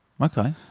Okay